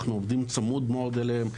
אנחנו עובדים צמוד מאוד אליהם,